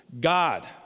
God